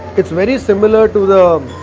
it's very similar to the.